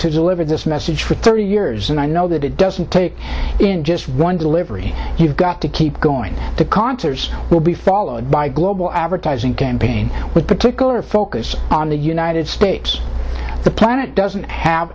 to deliver this message for thirty years and i know that it doesn't take in just one delivery you've got to keep going the concerts will be followed by a global advertising campaign with particular focus on the united states the planet doesn't have